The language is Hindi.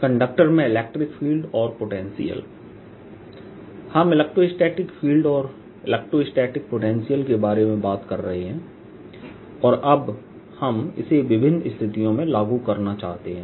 कंडक्टर में इलेक्ट्रिक फील्ड और पोटेंशियल हम इलेक्ट्रोस्टैटिक फील्ड और इलेक्ट्रोस्टैटिक पोटेंशियल के बारे में बात कर रहे हैं और अब हम इसे विभिन्न स्थितियों में लागू करना चाहते हैं